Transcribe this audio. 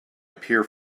appear